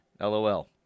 lol